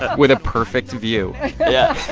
with a perfect view yeah,